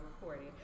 recording